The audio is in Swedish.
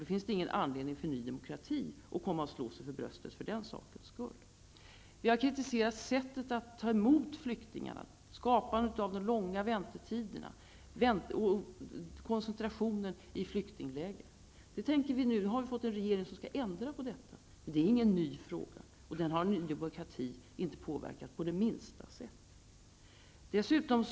Då finns det ingen anledning för Ny Demokrati att komma och slå sig för bröstet för den sakens skull. Vi har kritiserat sättet att ta emot flyktingar, de långa väntetiderna och koncentrationen i flyktinglägren. Nu har vi fått en regering som tänker ändra på dessa förhållanden. Det här är inte någon ny fråga. Ny Demokrati har inte påverkat på det minsta sätt.